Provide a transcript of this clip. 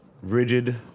rigid